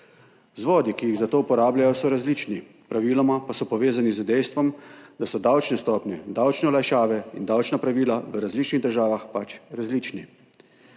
Vzvodi, ki jih za to uporabljajo, so različni, praviloma pa so povezani z dejstvom, da so davčne stopnje, davčne olajšave in davčna pravila v različnih državah pač različni.